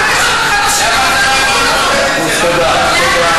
מה הקשר, תודה.